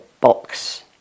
box